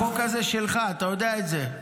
החוק הזה שלך, אתה יודע את זה.